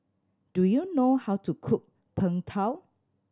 do you know how to cook Png Tao